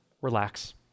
relax